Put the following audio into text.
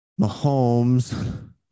Mahomes